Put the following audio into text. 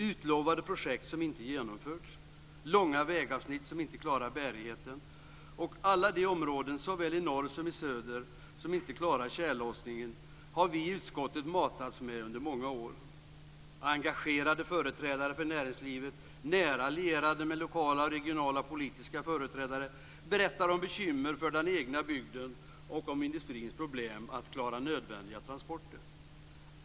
Utlovade projekt som inte genomförts, långa vägavsnitt som inte klarar bärigheten och alla de områden, såväl i norr som i söder, som inte klarar tjällossningen har vi i utskottet matats med under många år. Engagerade företrädare för näringslivet, nära lierade med lokala och regionala politiska företrädare, har berättat om bekymmer för den egna bygden och om industrins problem att klara nödvändiga transporter.